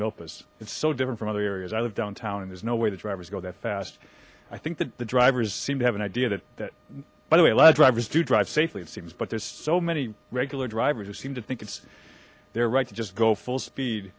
it's so different from other areas i live downtown and there's no way the drivers go that fast i think that the drivers seem to have an idea that by the way a lot of drivers do drive safely it seems but there's so many regular drivers who seem to think it's their right to just go full speed